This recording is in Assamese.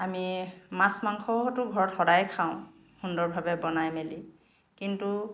আমি মাছ মাংসওটো ঘৰত সদায় খাওঁ সুন্দৰভাৱে বনাই মেলি কিন্তু